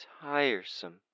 tiresome